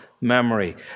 memory